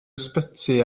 ysbyty